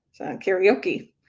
karaoke